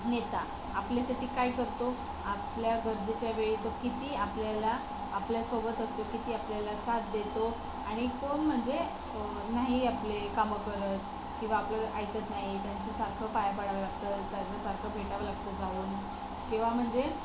नेता आपल्यासाठी काय करतो आपल्या गरजेच्या वेळी तो किती आपल्याला आपल्यासोबत असतो किती आपल्याला साथ देतो आणि कोण म्हणजे नाही आपले कामं करत किंवा आपलं ऐकत नाही त्यांचं सारखं पाय पडावं लागतं त्यांना सारखं भेटावं लागतं जाऊन किंवा म्हणजे